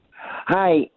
Hi